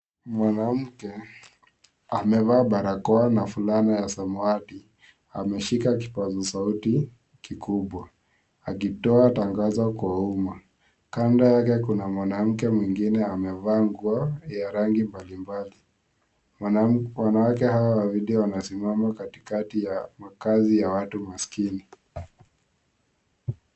Mwanamke amevaa barakoa na fulana ya samawati. Ameshika kipaza sauti kikubwa, akitoa tangazo kwa umma. Kanda yake kuna mwanamke mwingine amevaa nguo ya rangi mbalimbali. Wanawake hawa wawilili wanasimama katikati ya makazi ya watu masikini.